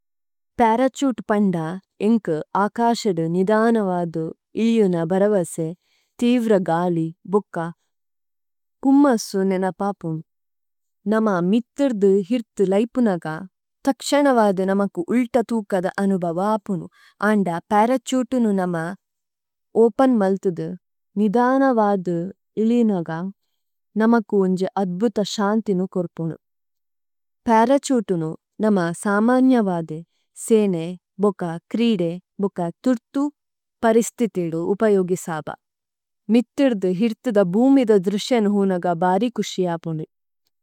പേരചൂട്​ പണ്ഡാ എംകു ആകാഷഡു നിധാനവാദ ഇളിയുന ബരവസു, തിവ്ര ഗാളി, ബുക്കാ, കുമ്മസു നിനപാപുനു। നമ്മ മിത്തര്ദു ഹിര്ത്​ ലൈപുനഗ തക്ഷനവാദ നമകു ഉള്ടതൂഗദ അനൂബവാപുനു, ആംഡ പേരചൂട്​ നമ്മ ഓപന്​ മല്തുദു നിധാനവാദ ഇളിയുനഗ നമകു ഒംഝ അദ്ബുത ശാംതിനു � പേരചൂട്​ നമ്മ സാമാണ്യവാദ സേനെ, ബുകാ കിരിഡെ, ബുകാ തിര്തു പരിസ്തിതിദു ഉപയോഗിസാബ। മിത്തിര്ദു ഹിര്തദ ഭൂമിദ ദ്രുഷ്യനു ഹൂനഗ ബാരി കുഷ്യാപുനു।